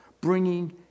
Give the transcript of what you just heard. bringing